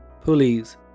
pulleys